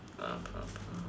blah blah blah